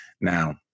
Now